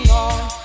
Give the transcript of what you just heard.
on